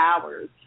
hours